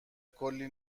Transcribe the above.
کلی